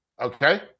Okay